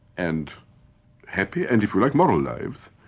and happy and if you like, moral lives,